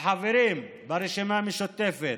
החברים ברשימה המשותפת,